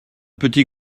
petit